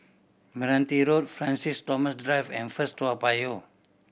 Meranti Road Francis Thomas Drive and First Toa Payoh